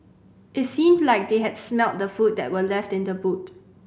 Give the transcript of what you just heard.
it seemed that they had smelt the food that were left in the boot